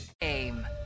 Aim